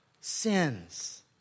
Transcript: sins